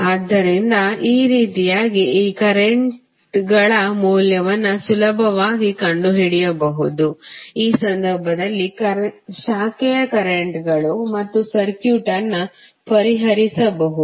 ಆದ್ದರಿಂದ ಈ ರೀತಿಯಾಗಿ ಈ ಕರೆಂಟ್ಗಳ ಮೌಲ್ಯವನ್ನು ಸುಲಭವಾಗಿ ಕಂಡುಹಿಡಿಯಬಹುದು ಈ ಸಂದರ್ಭದಲ್ಲಿ ಶಾಖೆಯ ಕರೆಂಟ್ಗಳು ಮತ್ತು ಸರ್ಕ್ಯೂಟ್ ಅನ್ನು ಪರಿಹರಿಸಬಹುದು